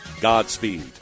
Godspeed